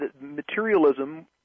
materialism